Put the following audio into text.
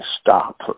stop